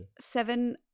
seven